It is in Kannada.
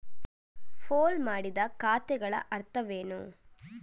ಪೂಲ್ ಮಾಡಿದ ಖಾತೆಗಳ ಅರ್ಥವೇನು?